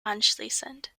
anschließend